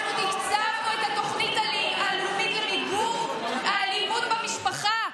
אנחנו תקצבנו את התוכנית הלאומית למיגור האלימות במשפחה.